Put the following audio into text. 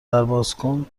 دربازکن